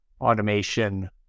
automation